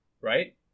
Right